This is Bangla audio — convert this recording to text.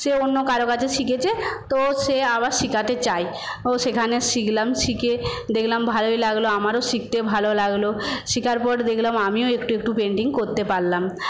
সে অন্য কারো কাছে শিখেছে তো সে আবার শেখাতে চায় তো সেখানে শিখলাম শিখে দেখলাম ভালোই লাগলো আমারও শিখতে ভালো লাগলো শেখার পর দেখলাম আমিও একটু একটু পেন্টিং করতে পারলাম